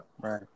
right